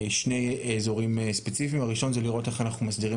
בשני אזורים ספציפיים: הראשון הוא לראות איך אנחנו מסדירים